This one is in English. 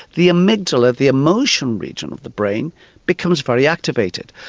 the amygdala, the emotion region of the brain becomes very activated.